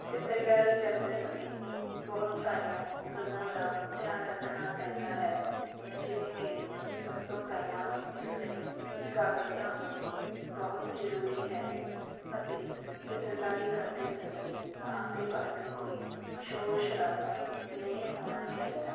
ਚਿੱਤਰਕਾਰੀ ਕਰਦੇ ਸਮੇਂ ਬਹੁਤ ਸਾਰੀਆਂ ਗੱਲਾਂ ਦਾ ਧਿਆਨ ਰੱਖਣਾ ਪੈਂਦਾ ਹੈ ਜਿਵੇਂ ਕਿ ਸਭ ਤੋਂ ਪਹਿਲਾਂ ਇਸ ਲਈ ਇਕਾਗਰਤਾ ਹੋਣੀ ਬਹੁਤ ਜ਼ਰੂਰੀ ਹੈ ਅਤੇ ਚਿੱਤਰਕਾਰੀ ਕਰਦੇ ਸਮੇਂ ਆਸੇ ਪਾਸੇ ਕੋਈ ਸ਼ੋਰ ਸ਼ਰਾਬਾ ਨਹੀਂ ਹੋਣਾ ਚਾਹੀਦਾ